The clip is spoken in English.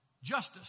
Justice